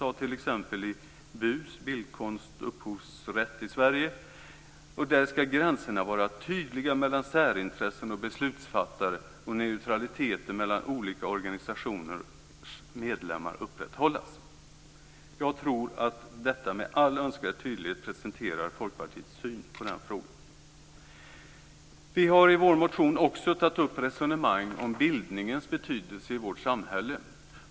I t.ex. BUS, Bildkonst Upphovsrätt i Sverige, ska gränserna vara tydliga mellan särintressen och beslutsfattare, och neutraliteten mellan olika organisationers medlemmar ska upprätthållas. Jag tror att detta med all önskvärd tydlighet presenterar Folkpartiets syn i den frågan. Vi har i vår motion också tagit upp resonemang om bildningens betydelse i vårt samhälle.